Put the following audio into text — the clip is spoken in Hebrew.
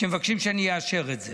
מבקשים שאני אאשר את זה.